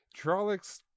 Trollocs